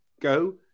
go